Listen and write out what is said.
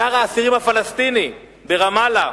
שר האסירים הפלסטיני ברמאללה